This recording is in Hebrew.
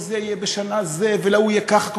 וזה יהיה בשנה זו, ולהוא יהיה ככה.